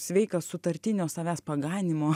sveikas sutartinio savęs paganymo